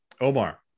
Omar